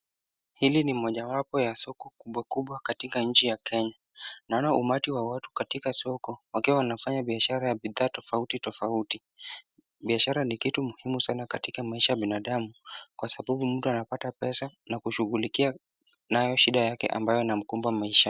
Hili ni mojawapo ya soko kubwa kubwa katika nchi ya Kenya. Naona umati wa watu katika soko wakiwa wanafanya biashara ya bidhaa tofauti tofauti. Biashara ni kitu muhimu sana katika maisha ya binadamu kwa sababu mtu anapata pesa na kushugulikia nayo shida yake ambayo inamkumba maishani.